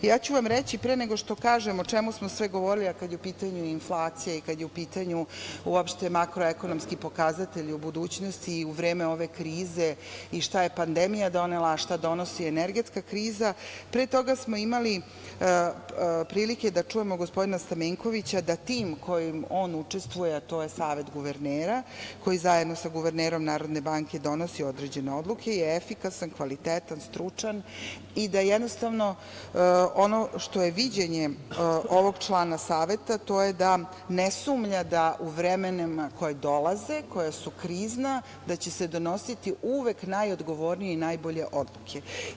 Reći ću vam pre nego što kažem o svemu smo sve govorili, a kad je u pitanju inflacija, kad je u pitanju makroekonomski pokazatelj u budućnosti i u vreme ove krize, i šta je pandemija donela, a šta donosi energetska kriza, pre toga smo imali prilike da čujemo gospodina Stamenkovića da tim kojim on učestvuje, a to je Savet guvernera, koji zajedno sa guvernerom Narodne banke donosi određene odluke je efikasan, kvalitetan, stručan i da ono što je viđenje ovog člana saveta, to je da ne sumnja da u vremenima koja dolaze, koja su krizna da će se donositi uvek najodgovornije i najbolje odluke.